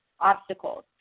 obstacles